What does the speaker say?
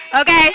Okay